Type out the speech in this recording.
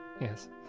Yes